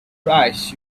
price